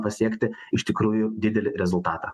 pasiekti iš tikrųjų didelį rezultatą